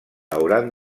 hauran